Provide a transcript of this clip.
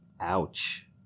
ouch